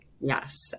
Yes